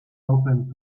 open